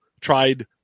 Tried